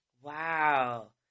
Wow